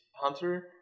hunter